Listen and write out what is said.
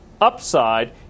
upside